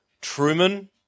Truman